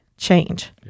change